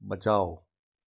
बचाओ